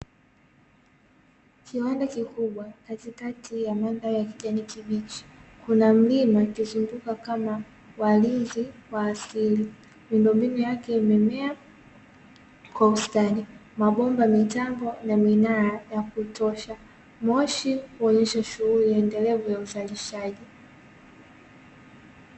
Kiwanda kikubwa katikati ya madhari ya kijani kibichi. Kuna mlima ukizunguka kama walinzi wa asili. Miundombinu yake imemea kwa ustadi. Mabomba, mitambo na minara ya kutosha. Moshi kuonyesha shughuli endelevu ya uzalishaji.